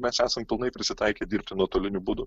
mes esam pilnai prisitaikę dirbti nuotoliniu būdu